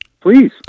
Please